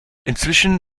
inzwischen